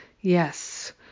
Yes